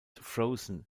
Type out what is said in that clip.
frozen